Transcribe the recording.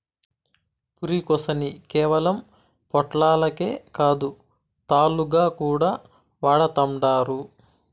పురికొసని కేవలం పొట్లాలకే కాదు, తాళ్లుగా కూడా వాడతండారు